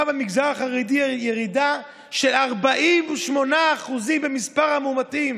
במגזר החרדי ירידה של 48% במספר המאומתים